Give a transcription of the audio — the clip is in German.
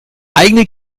eigene